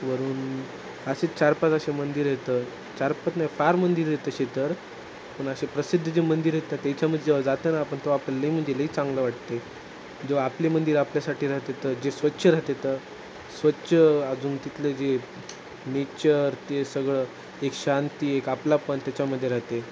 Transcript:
वरून असे चार पाच असे मंदिर आहेत चारपाच नाही फार मंदिर आहेत असे तर पण असे प्रसिद्ध जे मंदिर आहेत त्याच्यामध्ये जेव्हा जाता ना आपण तो आपण लै म्हणजे लै चांगलं वाटते जो आपली मंदिर आपल्यासाठी राहतात जे स्वच्छ राहतात स्वच्छ अजून तिथलं जे नेचर ते सगळं एक शांती एक आपला पण त्याच्यामध्ये राहते